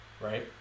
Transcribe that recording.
Right